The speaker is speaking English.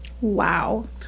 Wow